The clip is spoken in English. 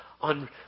on